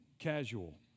Casual